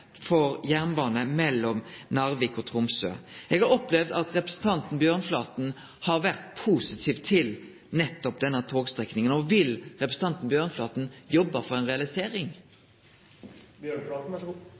for jernbane mellom Narvik og Tromsø. Eg har opplevd at representanten Bjørnflaten har vore positiv nettopp til denne togstrekninga. Vil ho jobbe for ei realisering?